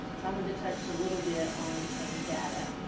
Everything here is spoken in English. so i wanted to touch a little bit on some data.